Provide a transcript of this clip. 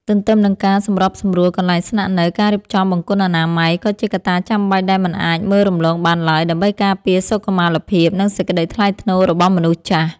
ទន្ទឹមនឹងការសម្របសម្រួលកន្លែងស្នាក់នៅ ការរៀបចំបង្គន់អនាម័យ ក៏ជាកត្តាចាំបាច់ដែលមិនអាចមើលរំលងបានឡើយ ដើម្បីការពារសុខុមាលភាព និងសេចក្តីថ្លៃថ្នូររបស់មនុស្សចាស់។